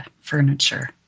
furniture